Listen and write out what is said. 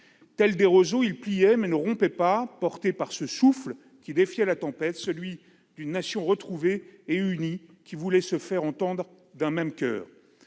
Tels des roseaux, ils pliaient mais ne rompaient pas, portés par ce souffle qui défiait la tempête : celui d'une Nation retrouvée et unie qui voulait se faire entendre d'un même coeur.